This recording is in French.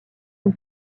une